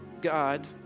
God